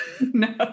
No